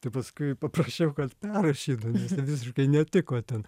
tai paskui paprašiau kad perrašytų visiškai netiko ten